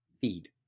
feed